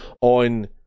on